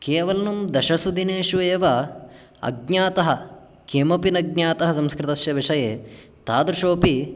केवलं दशसु दिनेषु एव अज्ञातः किमपि न ज्ञातः संस्कृतस्य विषये तादृशोऽपि